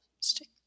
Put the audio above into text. stick